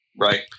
Right